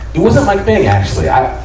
it wasn't my thing, actually. i,